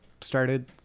started